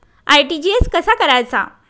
RTGS कसा करायचा?